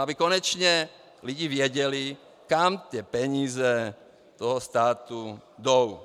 Aby konečně lidi věděli, kam ty peníze toho státu jdou.